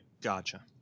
Gotcha